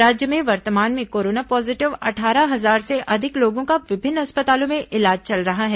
राज्य में वर्तमान में कोरोना पॉजीटिव अट्ठारह हजार से अधिक लोगों का विभिन्न अस्पतालों में इलाज चल रहा है